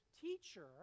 teacher